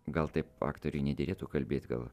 gal taip aktoriui nederėtų kalbėt gal